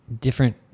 different